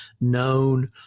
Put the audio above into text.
known